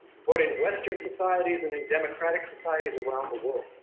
but in western societies and in democratic societies around the world.